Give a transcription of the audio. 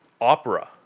opera